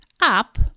up